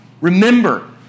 Remember